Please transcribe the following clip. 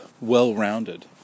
well-rounded